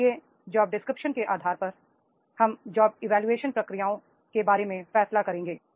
इसलिए जॉबडिस्क्रिप्शन के आधार पर हम जॉब इवोल्यूशन प्रक्रियाओं के बारे में फैसला करेंगे